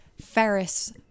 Ferris